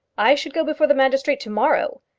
i should go before the magistrates to-morrow.